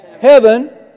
heaven